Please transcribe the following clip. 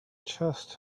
chest